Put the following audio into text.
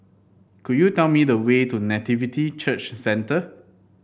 could you tell me the way to Nativity Church Centre